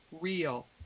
real